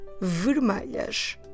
vermelhas